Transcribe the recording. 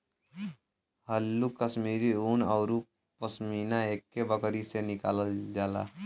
हल्लुक कश्मीरी उन औरु पसमिना एक्के बकरी से निकालल जाला